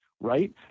Right